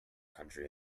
county